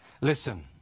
Listen